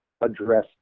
address